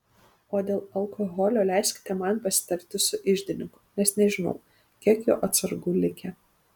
o dėl alkoholio leiskite man pasitarti su iždininku nes nežinau kiek jo atsargų likę